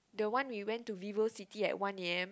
the one we went to Vivo-City at one A_M